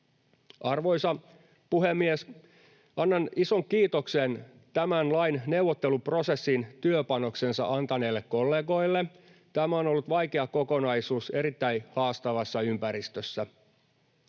Arvoisa puhemies! Annan ison kiitoksen tämän lain neuvotteluprosessiin työpanoksensa antaneille kollegoille. Tämä on ollut vaikea kokonaisuus erittäin haastavassa ympäristössä.